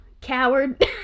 coward